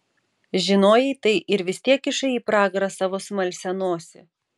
žinojai tai ir vis tiek kišai į pragarą savo smalsią nosį